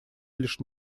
лишь